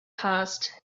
passed